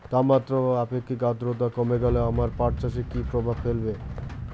তাপমাত্রা ও আপেক্ষিক আদ্রর্তা কমে গেলে আমার পাট চাষে কী প্রভাব ফেলবে?